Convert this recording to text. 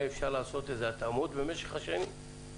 אפשר לעשות איזה התאמות במשך השנים?